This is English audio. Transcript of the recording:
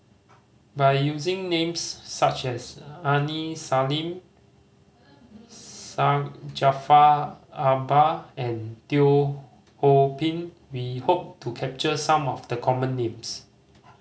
by using names such as Aini Salim Syed Jaafar Albar and Teo Ho Pin we hope to capture some of the common names